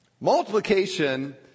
Multiplication